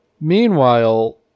Meanwhile